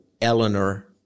Eleanor